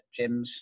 gyms